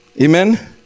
amen